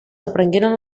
reprengueren